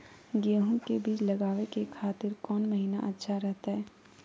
गेहूं के बीज लगावे के खातिर कौन महीना अच्छा रहतय?